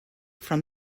from